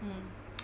mm